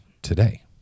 today